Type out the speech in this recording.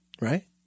right